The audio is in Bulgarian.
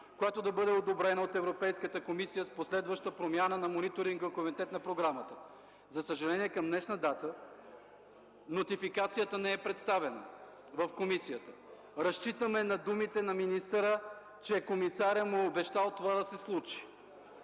която да бъде одобрена от Европейската комисия с последваща промяна на мониторинга на програмата. За съжаление към днешна дата нотификацията не е представена в Комисията. Разчитаме на думите на министъра, че комисарят му е обещал това да се случи.